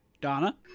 Donna